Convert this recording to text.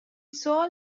سوال